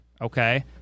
Okay